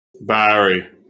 Barry